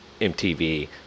MTV